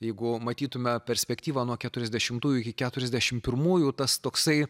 jeigu matytume perspektyvą nuo keturiasdešimtųjų iki keturiasdešimtųjų tas toksai